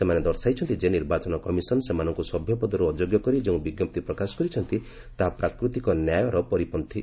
ସେମାନେ ଦର୍ଶାଇଛନ୍ତି ଯେ ନିର୍ବାଚନ କମିଶନ ସେମାନଙ୍କୁ ସଭ୍ୟ ପଦରୁ ଅଯୋଗ୍ୟ କରି ଯେଉଁ ବିଜ୍ଞପ୍ତି ପ୍ରକାଶ କରିଛନ୍ତି ତାହା ପ୍ରାକୃତିକ ନ୍ୟାୟର ପରିପନ୍ଥୀ